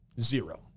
Zero